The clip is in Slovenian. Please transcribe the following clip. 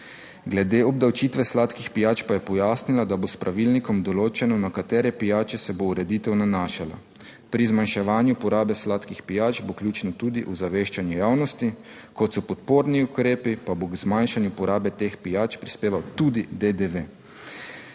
glede obdavčitve sladkih pijač pa je pojasnila, da bo s pravilnikom določeno, na katere pijače se bo ureditev nanašala. Pri zmanjševanju porabe sladkih pijač bo ključno tudi ozaveščanje javnosti kot so podporni ukrepi, pa bo k zmanjšanju porabe teh pijač prispeval tudi DDV.